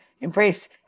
embrace